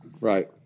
Right